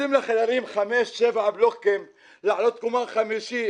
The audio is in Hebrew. נותנים לחיילים חמש-שבע בלוקים לעלות לקומה החמישית,